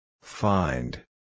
Find